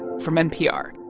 from npr.